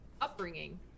upbringing